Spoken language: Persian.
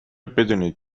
بدونید